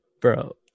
Bro